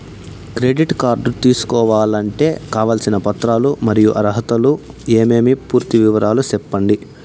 Credit card తీసుకోవాలంటే కావాల్సిన పత్రాలు మరియు అర్హతలు ఏమేమి పూర్తి వివరాలు సెప్పండి?